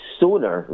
sooner